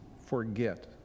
forget